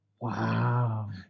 wow